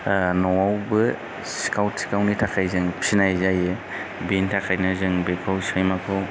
न'आवबो सिखाव थिखावनि थाखाय जों फिनाय जायो बिनि थाखायनो जों सैमाखौ